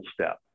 step